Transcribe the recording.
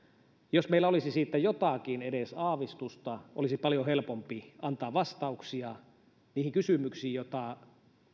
jos meillä olisi siitä edes jotakin aavistusta olisi paljon helpompi antaa vastauksia niihin kysymyksiin joita